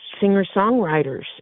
singer-songwriters